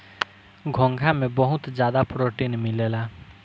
घोंघा में बहुत ज्यादा प्रोटीन मिलेला